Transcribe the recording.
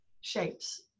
shapes